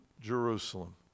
jerusalem